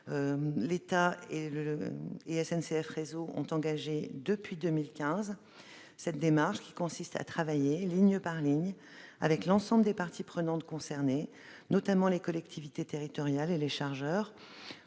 l'État et SNCF Réseau ont engagé une démarche consistant à travailler, ligne par ligne, avec l'ensemble des parties prenantes concernées, notamment les collectivités territoriales et les chargeurs,